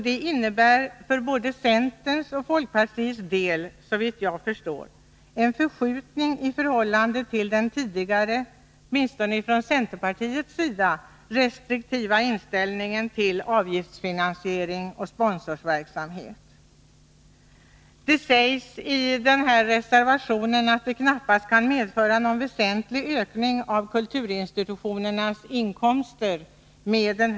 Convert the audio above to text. Det innebär för både centerns och folkpartiets del, såvitt jag förstår, en förskjutning i förhållande till den tidigare, åtminstone från centerpartiets sida, restriktiva inställningen till avgiftsfinansiering och sponsorverksamhet. Det sägs i reservationen att denna typ av stöd knappast kan medföra någon väsentlig ökning av kulturinstitutionernas inkomster.